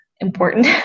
important